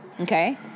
Okay